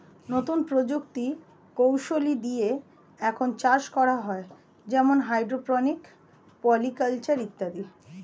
নতুন প্রযুক্তি কৌশলী দিয়ে এখন চাষ করা হয় যেমন হাইড্রোপনিক, পলি কালচার ইত্যাদি